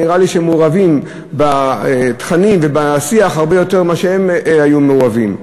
נראה לי שהם מעורבים בתכנים ובשיח הרבה יותר מאשר הם היו מעורבים.